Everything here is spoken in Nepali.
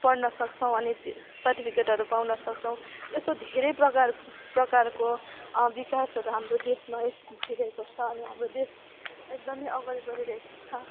पढ्न सक्छौँ अनि सर्टिफिकेटहरू पाउन सक्छौँ यस्तो धेरै प्रकार प्रकारको विकासहरू हाम्रो देशमा है भइरहेको छ अनि हाम्रो देश एकदमै अगाडि बढिरहेको छ